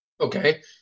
Okay